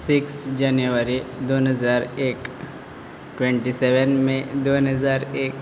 six जानेवारी दोन हजार एक ट्वेंटी सेवेन मे दोन हजार एक